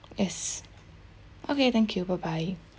yes okay thank you bye bye